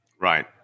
Right